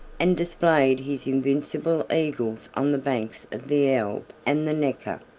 and displayed his invincible eagles on the banks of the elbe and the necker.